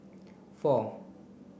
four